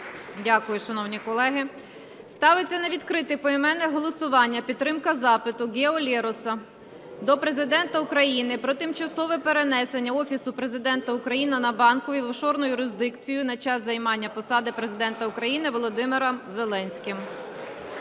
Дякую, шановні колеги. Ставиться на відкрите поіменне голосування підтримка запиту Гео Лероса до Президента України про тимчасове перенесення Офісу Президента України на Банковій в офшорну юрисдикцію на час займання посади Президента України Володимиром Зеленським.